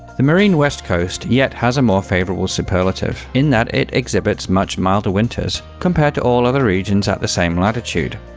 the marine west coast yet has a more favourable superlative, in that it exhibits much milder winters compared to all other regions at the same latitude.